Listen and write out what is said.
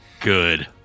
Good